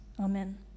Amen